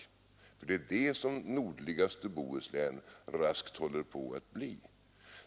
Det är det som nordligaste Bohuslän raskt håller på att bli.